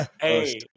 Hey